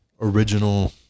original